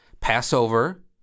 Passover